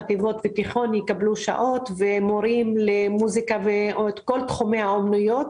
חטיבות ותיכון יקבלו שעות ומורים למוזיקה ולכל תחומי האומנויות.